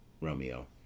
Romeo